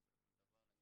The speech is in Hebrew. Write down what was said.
מעבר לכל דבר.